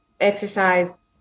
exercise